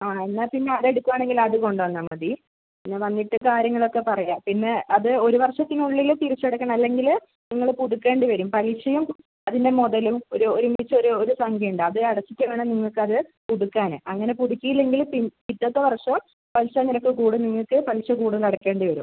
ആണോ എന്നാൽ പിന്നെ അത് എടുക്കുവാണെങ്കിൽ അത് കൊണ്ട് വന്നാൽ മതി പിന്നെ വന്നിട്ട് കാര്യങ്ങളൊക്കെ പറയാം പിന്നെ അത് ഒരു വർഷത്തിനുള്ളിൽ തിരിച്ചടയ്ക്കണം അല്ലെങ്കിൽ നിങ്ങൾ പുതുക്കേണ്ടി വരും പലിശയും അതിൻ്റെ മുതലും ഒരു ഒരുമിച്ചൊരു സംഖ്യ ഉണ്ട് അത് അടച്ചിട്ട് വേണം നിങ്ങൾക്ക് അത് അത് പുതുക്കാൻ അങ്ങനെ പുതുക്കിയില്ലെങ്കിൽ പിൻ പിറ്റത്തെ വർഷം പലിശ നിരക്ക് കൂടും നിങ്ങൾക്ക് പലിശ കൂടുതൽ അടയ്ക്കേണ്ടി വരും